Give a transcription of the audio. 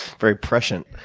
very prescient.